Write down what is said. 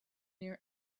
near